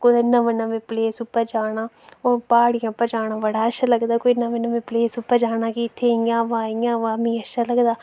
कुसै नमें नमें प्लेस उप्पर जाना और प्हाड़ियें उप्पर जाना बड़ा अच्छा लगदा कोई नमीं नमीं प्लेस उप्पर जाना कि इत्थै इ'यां वा इ'यां वा मिगी अच्छा लगदा